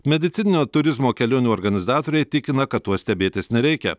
medicininio turizmo kelionių organizatoriai tikina kad tuo stebėtis nereikia